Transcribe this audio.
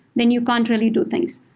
then you can't really do things.